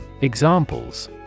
Examples